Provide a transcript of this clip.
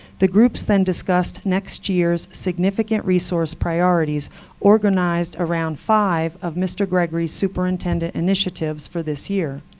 the groups then discussed next year's significant resource priorities organized around five of mr gregory's superintendent initiatives for this year.